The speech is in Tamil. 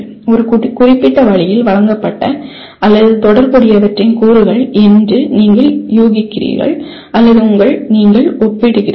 ஒரு குறிப்பிட்ட வழியில் வழங்கப்பட்ட அல்லது தொடர்புடையவற்றின் கூறுகள் என்று நீங்கள் ஊகிக்கிறீர்கள் அல்லது நீங்கள் ஒப்பிடுகிறீர்கள்